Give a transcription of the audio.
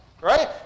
Right